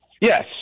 Yes